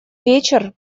вечер